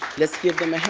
let's give them a hand.